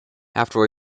after